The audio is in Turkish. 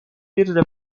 bir